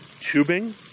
tubing